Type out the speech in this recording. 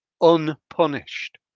unpunished